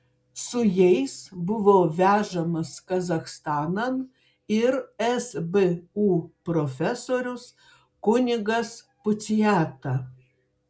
su jais buvo vežamas kazachstanan ir sbu profesorius kunigas puciata